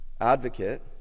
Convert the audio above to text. advocate